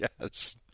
Yes